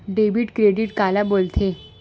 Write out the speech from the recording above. Debit credit काला बोल थे?